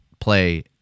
play